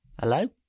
Hello